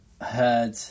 heard